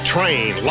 Train